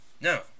No